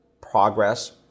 progress